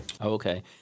Okay